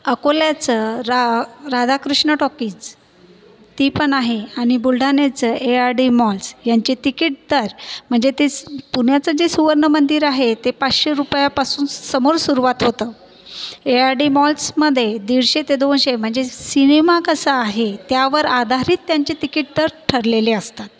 अकोल्याचं रा राधाकृष्ण टॉकीज ती पण आहे आणि बुलढाण्याचं ए आर डि मॉल्स यांची टिकिट दर म्हणजे ते स पुण्याचं जे सुवर्णमंदिर आहे ते पाचशे रुपयापासून समोर सुरुवात होतं ए आर डि मॉल्समध्ये दीडशे ते दोनशे म्हणजे सिनेमा कसा आहे त्यावर आधारित त्यांचे टिकिट दर ठरलेले असतात